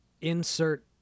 insert